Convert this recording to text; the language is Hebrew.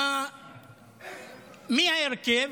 מי ההרכב?